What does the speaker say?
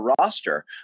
roster